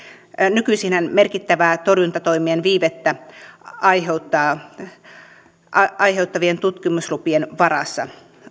nykyisinhän tämä toiminta on torjuntatoimien viivettä aiheuttavien tutkimuslupien varassa